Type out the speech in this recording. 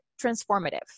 transformative